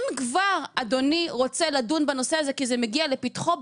אם כבר אדוני רוצה לדון בנושא הזה כי זה מגיע לפתחו,